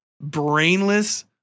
brainless